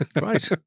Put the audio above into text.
right